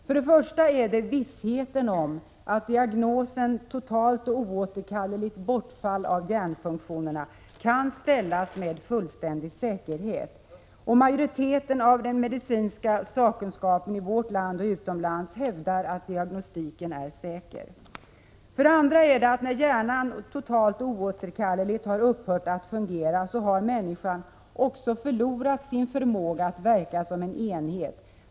För det första är det vissheten om att diagnosen totalt och oåterkalleligt bortfall av hjärnfunktionerna kan ställas med fullständig säkerhet. Majoriteten av den medicinska sakkunskapen i vårt land och utomlands hävdar att diagnostiken är säker. För det andra: När hjärnan totalt och oåterkalleligt har upphört att fungera, så har människan också förlorat sin förmåga att verka som en enhet.